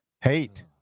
Hate